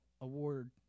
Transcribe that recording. award